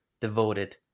devoted